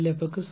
க்கு சமம்